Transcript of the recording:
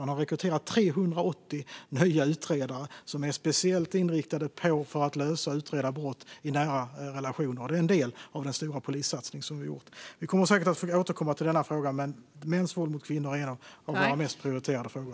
Man har rekryterat 380 nya utredare som är speciellt inriktade på att lösa och utreda brott i nära relationer. Det är en del av den stora polissatsning som vi har gjort. Vi kommer säkert att få återkomma till denna fråga. Mäns våld mot kvinnor är en av våra mest prioriterade frågor.